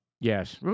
Yes